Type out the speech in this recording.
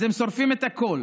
אז הם שורפים את הכול.